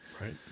Right